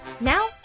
Now